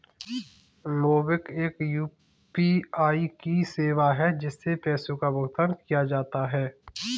MobiKwik एक UPI की सेवा है, जिससे पैसे का भुगतान किया जाता है